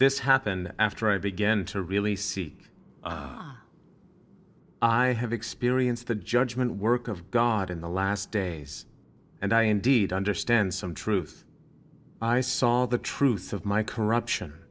this happened after i began to really seek i have experienced the judgment work of god in the last days and i indeed understand some truth i saw the truth of my corruption